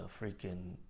freaking